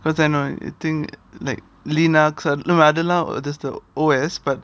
because I know you think like linux அதுலாம்:adhulam or just the O_S but